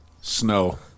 Snow